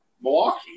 Milwaukee